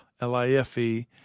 L-I-F-E